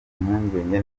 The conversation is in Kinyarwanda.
impungenge